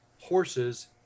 horses